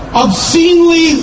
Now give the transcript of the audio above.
obscenely